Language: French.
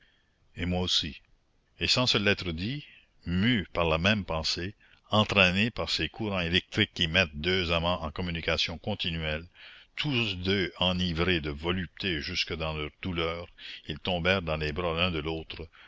et moi aussi et sans se l'être dit mus par la même pensée entraînés par ces courants électriques qui mettent deux amants en communication continuelle tous deux enivrés de volupté jusque dans leur douleur ils tombèrent dans les bras l'un de l'autre